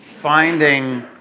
finding